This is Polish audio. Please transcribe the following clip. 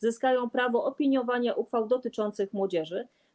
Zyskają prawo opiniowania uchwał dotyczących młodzieży.